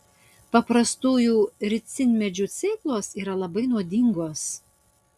paprastųjų ricinmedžių sėklos yra labai nuodingos